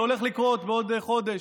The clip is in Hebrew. זה הולך לקרות בעוד חודש.